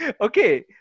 Okay